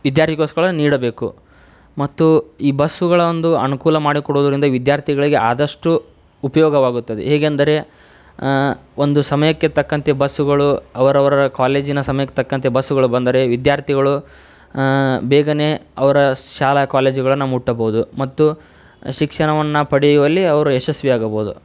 ವಿದ್ಯಾರ್ಥಿಗೋಸ್ಕರ ನೀಡಬೇಕು ಮತ್ತು ಈ ಬಸ್ಸುಗಳ ಒಂದು ಅನುಕೂಲ ಮಾಡಿಕೊಡುವುದರಿಂದ ವಿದ್ಯಾರ್ಥಿಗಳಿಗೆ ಆದಷ್ಟು ಉಪಯೋಗವಾಗುತ್ತದೆ ಹೇಗೆಂದರೆ ಒಂದು ಸಮಯಕ್ಕೆ ತಕ್ಕಂತೆ ಬಸ್ಸುಗಳು ಅವರವರ ಕಾಲೇಜಿನ ಸಮಯಕ್ಕೆ ತಕ್ಕಂತೆ ಬಸ್ಸುಗಳು ಬಂದರೆ ವಿದ್ಯಾರ್ಥಿಗಳು ಬೇಗನೇ ಅವರ ಶಾಲಾ ಕಾಲೇಜುಗಳನ್ನು ಮುಟ್ಟಬಹುದು ಮತ್ತು ಶಿಕ್ಷಣವನ್ನು ಪಡೆಯುವಲ್ಲಿ ಅವರು ಯಶಸ್ವಿಯಾಗಬಹುದು